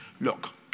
Look